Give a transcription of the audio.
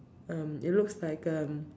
um it looks like a um